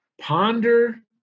ponder